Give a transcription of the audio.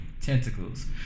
tentacles